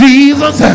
Jesus